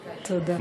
תודה.